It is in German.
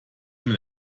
mit